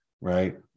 right